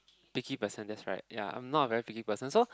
picky person that's right ya I'm not a very picky person so